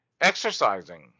exercising